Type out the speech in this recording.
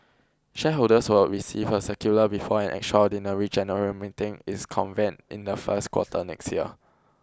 shareholders will receive a circular before an extraordinary general meeting is convened in the first quarter next year